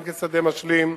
גם כשדה משלים,